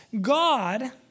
God